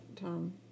Tom